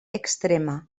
extrema